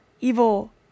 evil